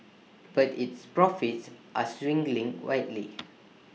but its profits are swinging wildly